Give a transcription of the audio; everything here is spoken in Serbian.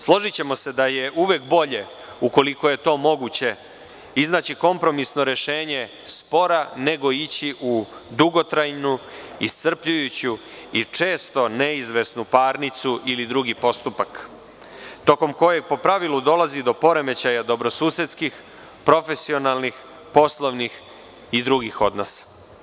Složićemo se da je uvek bolje, ukoliko je to moguće, iznaći kompromisno rešenje spora, nego ići u dugotrajnu, iscrpljujuću i često neizvesnu parnicu ili drugi postupak, tokom kojeg po pravilu dolazi do poremećaja dobrosusedskih, profesionalnih, poslovnih i drugih odnosa.